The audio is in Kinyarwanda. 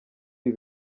ibi